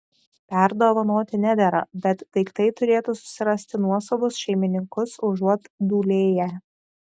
perdovanoti nedera bet daiktai turėtų susirasti nuosavus šeimininkus užuot dūlėję